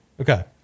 Okay